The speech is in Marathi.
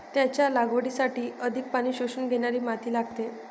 त्याच्या लागवडीसाठी अधिक पाणी शोषून घेणारी माती लागते